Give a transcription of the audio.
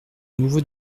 nouveaux